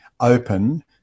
open